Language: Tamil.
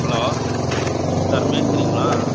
hello sir மேஸ்திரிங்களா